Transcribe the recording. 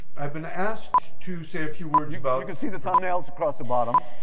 i've been asked to say a few words about you can see the thumbnails across the bottom.